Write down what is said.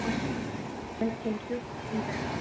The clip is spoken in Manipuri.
ꯍꯣꯏ ꯍꯣꯏ ꯊꯦꯡꯀꯤꯌꯨ ꯊꯝꯖꯔꯦ